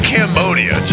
Cambodia